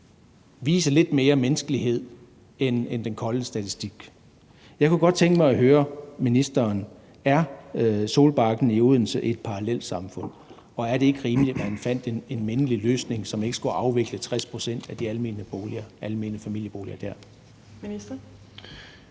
vise lidt mere menneskelighed end den kolde statistik. Jeg kunne godt tænke mig at høre ministeren: Er Solbakken i Odense et parallelsamfund, og er det ikke rimeligt, at man fandt en mindelig løsning, så man ikke skulle afvikle 60 pct. af de almene familieboliger dér?